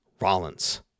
Rollins